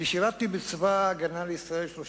שירתתי בצבא-הגנה לישראל 30 שנה,